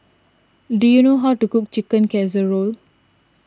do you know how to cook Chicken Casserole